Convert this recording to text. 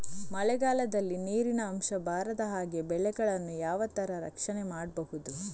ಮಳೆಗಾಲದಲ್ಲಿ ನೀರಿನ ಅಂಶ ಬಾರದ ಹಾಗೆ ಬೆಳೆಗಳನ್ನು ಯಾವ ತರ ರಕ್ಷಣೆ ಮಾಡ್ಬಹುದು?